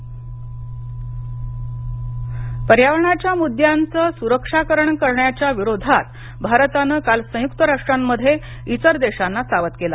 भारत पर्यावरण पर्यावरणाच्या मुद्द्यांचं सुरक्षाकरण करण्याच्या विरोधात भारतानं काल संयुक्त राष्ट्रांमध्ये इतर देशांना सावध केल